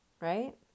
right